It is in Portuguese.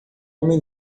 homem